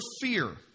fear